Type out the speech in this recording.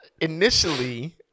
initially